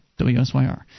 wsyr